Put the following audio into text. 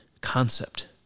concept